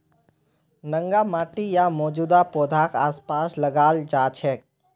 नंगा माटी या मौजूदा पौधाक आसपास लगाल जा छेक